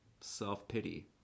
self-pity